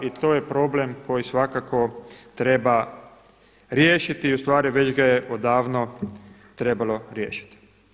I to je problem koji svakako treba riješiti i ustvari već ga je odavno trebalo riješiti.